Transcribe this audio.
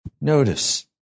Notice